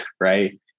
right